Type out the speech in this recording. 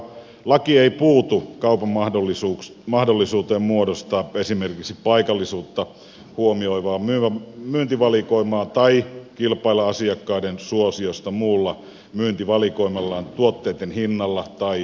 laki ei puutu kaupan mahdollisuuteen muodostaa esimerkiksi paikallisuutta huomioivaa myyntivalikoimaa tai kilpailla asiakkaiden suosiosta muulla myyntivalikoimallaan tuotteitten hinnalla tai muilla keinoin